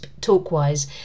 talk-wise